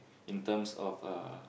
in terms of uh